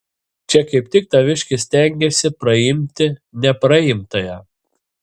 čia kaip tik taviškis stengiasi praimti nepraimtąją